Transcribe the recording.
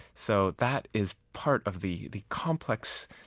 so that is part of the the complex,